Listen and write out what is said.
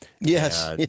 yes